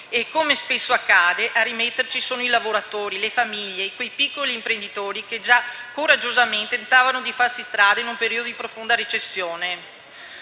Come spesso accade, a rimetterci sono i lavoratori, le famiglie e quei piccoli imprenditori che già coraggiosamente tentavano di farsi strada in un periodo di profonda recessione.